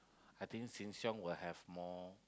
I think Sheng-Shiong will have more